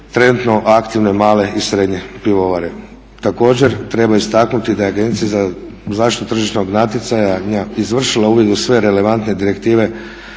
trenutno aktivne male i srednje pivovare. Također treba istaknuti da je Agencija za zaštitu tržišnog natjecanja izvršila uvid u sve relevantne direktive